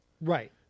Right